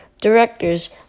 directors